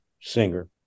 singer